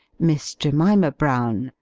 miss jemima brown.